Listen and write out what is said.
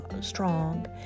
strong